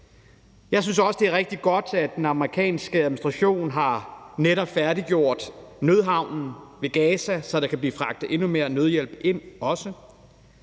Jeg synes også, at det er rigtigt godt, at den amerikanske administration netop har færdiggjort nødhavnen ved Gaza, så der kan blive fragtet endnu mere nødhjælp ind.